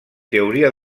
teoria